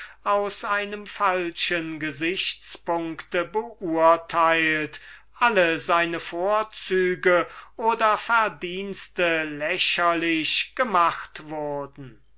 aus einem willkürlich falschen gesichts punkt beurteilt und alle seine vorzüge oder verdienste lächerlich gemacht wurden